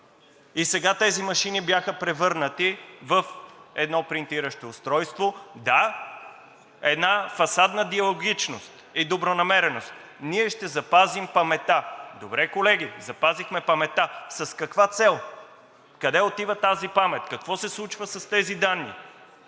и сега тези машини бяха превърнати в едно принтиращо устройство. Да, една фасадна диалогичност и добронамереност – ние ще запазим паметта. Добре, колеги, запазихме паметта. С каква цел? Къде отива тази памет? Какво се случва с тези данни?